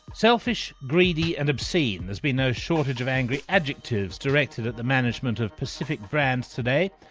selfish, greedy and obscene there's been no shortage of angry adjectives directed at the management of pacific grand today,